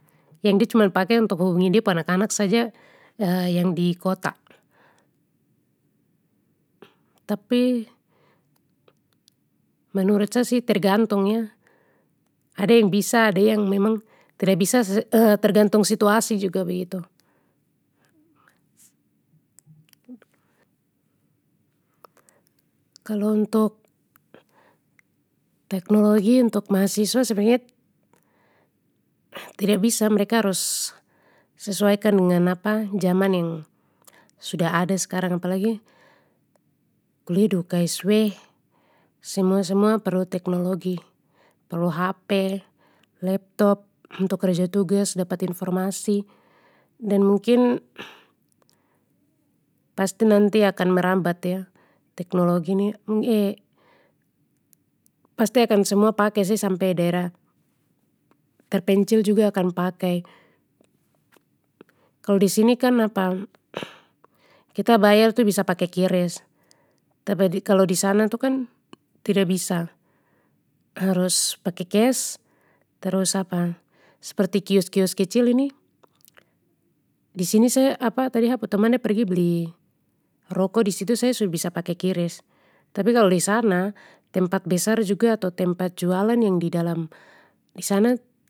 Yang de cuma pake untuk hubungi de pu anak anak saja yang di kota. Tapi. Menurut sa sih tergantung ya ada yang bisa ada yang memang tida bisa tergantung situasi juga begitu. Kalo untuk, teknologi untuk mahasiswa sebenarnya tida bisa mereka harus sesuaikan dengan jaman yang sudah ada skarang apalagi kuliah di uksw, semua semua perlu teknologi, perlu hp, laptop untuk kerja tugas dapat informasi dan mungkin pasti nanti akan merambat ya teknologi ni pasti akan semua pake sih sampe daerah terpencil juga akan pakai, kalo disini kan kita bayar tu bisa pake qris tapi kalo disana tu kan tida bisa, harus pake kes terus sperti kios kios kecil ini, disini saja tadi ha pu teman de pergi beli, rokok disitu saja su bisa pake qris, tapi kalo disana tempat besar juga atau tempat jualan yang di dalam disana.